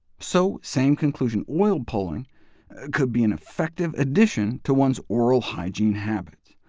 so same conclusion oil pulling could be an effective addition to one's oral hygiene habits.